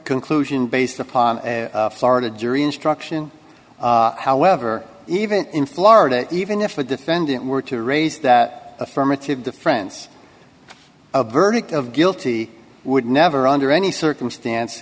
conclusion based upon a florida jury instruction however even in florida even if the defendant were to raise that affirmative the friends a verdict of guilty would never under any circumstance